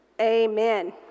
Amen